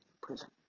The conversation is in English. prison